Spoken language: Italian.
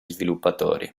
sviluppatori